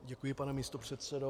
Děkuji, pane místopředsedo.